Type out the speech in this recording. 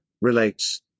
relates